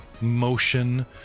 motion